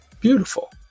beautiful